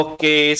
Okay